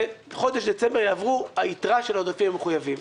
בחודש דצמבר, יעברו היתרה של העודפים המחויבים.